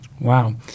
Wow